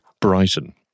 Brighton